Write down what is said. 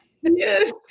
Yes